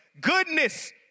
goodness